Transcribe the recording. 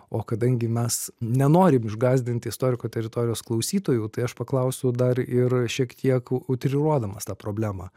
o kadangi mes nenorim išgąsdinti istoriko teritorijos klausytojų tai aš paklausiu dar ir šiek tiek utriruodamas tą problemą